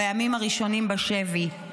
בימים הראשונים בשבי.